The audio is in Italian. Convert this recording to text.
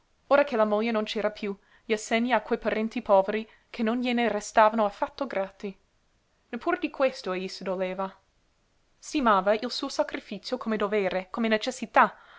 ora che la moglie non c'era piú gli assegni a quei parenti poveri che non glie ne restavano affatto grati neppur di questo egli si doleva stimava il suo sacrifizio come dovere come necessità